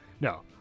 no